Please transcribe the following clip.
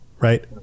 right